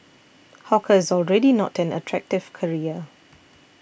hawker is already not an attractive career